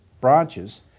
branches